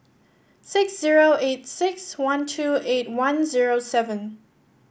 six zero eight six one two eight one zero seven